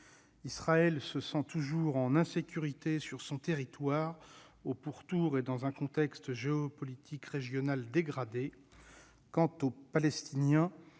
Israël se sent toujours en insécurité sur son territoire et au pourtour, dans un contexte géopolitique régional dégradé. Quant aux Palestiniens,